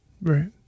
Right